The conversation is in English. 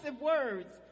words